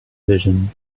vision